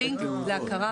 הכרה בתעודות.